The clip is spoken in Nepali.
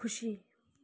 खुसी